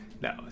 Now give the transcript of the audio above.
no